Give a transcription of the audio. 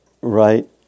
right